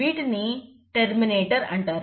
వీటిని టెర్మినేటర్ అంటారు